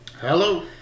Hello